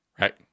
Right